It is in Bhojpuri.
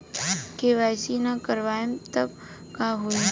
के.वाइ.सी ना करवाएम तब का होई?